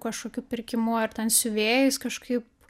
kažkokiu pirkimu ar ten siuvėjais kažkaip